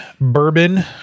bourbon